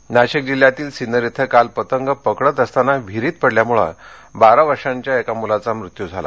दर्घटना नाशिक नाशिक जिल्ह्यातील सिन्नर इथं काल पतंग पकडत असतांना विहिरीत पडल्यामुळे बारा वर्षांच्या मुलाचा मृत्यू झाला